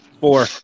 Four